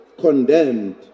condemned